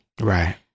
Right